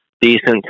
Decent